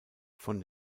von